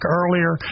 earlier